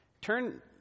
Turn